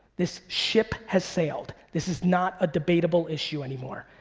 this ship has sailed. this is not a debatable issue anymore.